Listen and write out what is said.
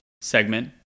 segment